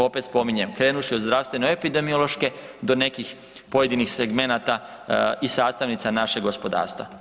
Opet spominjem krenuvši od zdravstveno-epidemiološke do nekih pojedinih segmenata i sastavnica našeg gospodarstva.